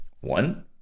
One